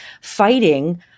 fighting